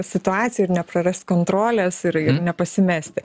situacijoj ir neprarast kontrolės ir ir nepasimesti